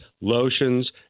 lotions